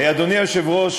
אדוני היושב-ראש,